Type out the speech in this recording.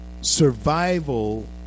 Survival